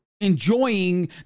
enjoying